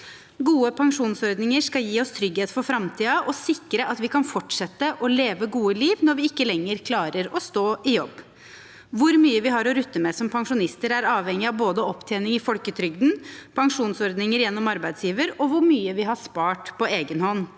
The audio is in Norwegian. Gode pensjonsordninger skal gi oss trygghet for framtiden og sikre at vi kan fortsette å leve et godt liv når vi ikke lenger klarer å stå i jobb. Hvor mye vi har å rutte med som pensjonister, er avhengig av både opptjening i folketrygden, pensjonsordninger gjennom arbeidsgiver og hvor mye vi har spart på egen hånd.